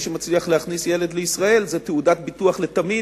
מי שמצליח להכניס ילד לישראל זה תעודת ביטוח לתמיד,